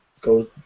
go